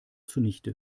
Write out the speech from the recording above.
zunichte